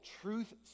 truth